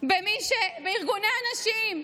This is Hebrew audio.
בארגוני הנשים,